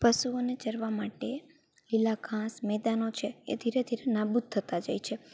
પશુઓને ચરવાં માટે લીલા ઘાસ મેદાનો છે એ ધીરે ધીરે નાબૂદ થતાં જાય છે